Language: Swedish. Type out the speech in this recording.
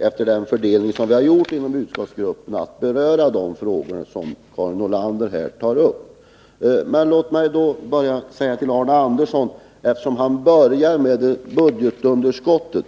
efter den fördelning som vi har gjort inom utskottsgruppen, i sitt inlägg kommer att beröra de frågor som Karin Nordlander här tar upp. Arne Andersson i Ljung började med att tala om budgetunderskottet.